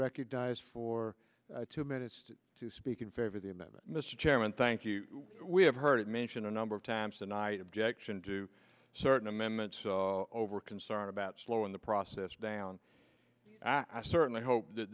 recognized for two minutes to speak in favor of the amendment mr chairman thank you we have heard it mentioned a number of times tonight objection to certain amendments over concern about slowing the process down i certainly hope that